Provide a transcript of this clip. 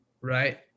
Right